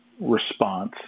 response